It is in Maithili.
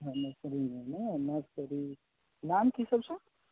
हँ नर्सरीमे नहि नर्सरी नाम की सब छै